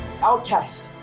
Outcast